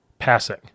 passing